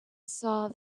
saw